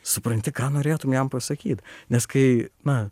supranti ką norėtum jam pasakyt nes kai na